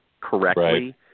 correctly